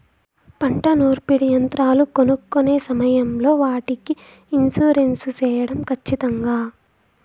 పంట నూర్పిడి యంత్రాలు కొనుక్కొనే సమయం లో వాటికి ఇన్సూరెన్సు సేయడం ఖచ్చితంగా?